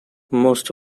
most